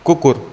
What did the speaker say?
कुकुर